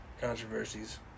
controversies